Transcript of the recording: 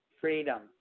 Freedom